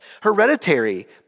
hereditary